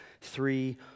three